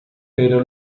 pero